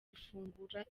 gufungura